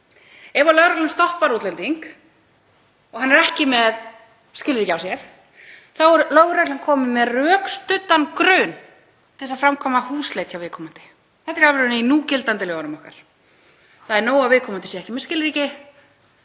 Ef lögreglan stoppar útlending og hann er ekki með skilríki á sér er lögreglan komin með rökstuddan grun til að framkvæma húsleit hjá viðkomandi. Þetta er í alvörunni í núgildandi lögum okkar. Það er nóg að viðkomandi sé ekki með skilríki